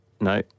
No